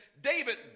David